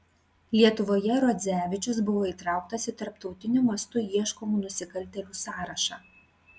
lietuvoje rodzevičius buvo įtrauktas į tarptautiniu mastu ieškomų nusikaltėlių sąrašą